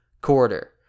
quarter